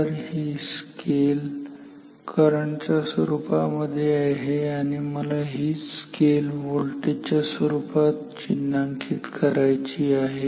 तर ही scale current च्या स्वरूपामध्ये आहे आणि मला हीच स्केल व्होल्टेज च्या स्वरुपात चिन्हांकित करायची आहे